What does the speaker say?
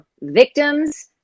victims